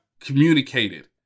communicated